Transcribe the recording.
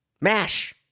MASH